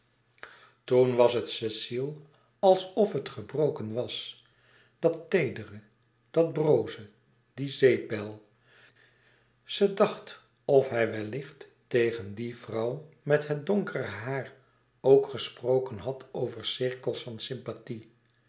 toen was het cecile alsof het gebroken was dat teedere dat broze die zeepbel ze dacht of hij wellicht tegen die vrouw met het donkere haar ook gesproken had over cirkels van sympathie